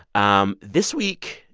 um this week,